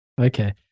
Okay